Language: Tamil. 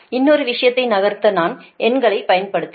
இன்னொரு விஷயத்தை நகர்த்த நான் எண்களை பயன்படுத்துவேன்